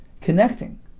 connecting